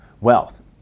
wealth